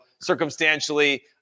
circumstantially